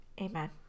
Amen